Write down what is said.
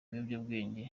biyobyabwenge